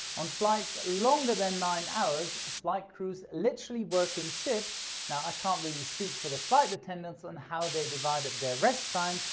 on flights longer than nine hours, flight crews literally work in shifts now i can't really speak for the flight attendants on how they divided their rest time,